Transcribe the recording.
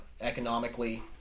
economically